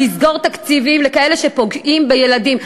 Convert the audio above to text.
לסגור תקציבים לכאלה שפוגעים בילדים.